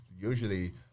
usually